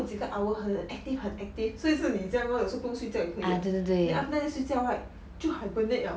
so 他们几个 hour 很 active 很 active 所以是你这样 lor 有时候不用睡觉都可以 then after that 睡觉 right 就可以 hibernate 了